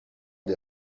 des